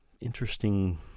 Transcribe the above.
interesting